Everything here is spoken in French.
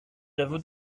l’avons